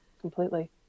completely